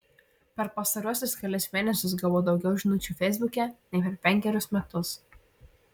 per pastaruosius kelis mėnesius gavau daugiau žinučių feisbuke nei per penkerius metus